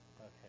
Okay